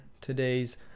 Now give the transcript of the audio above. today's